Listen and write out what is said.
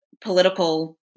political